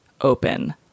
open